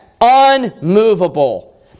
Unmovable